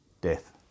death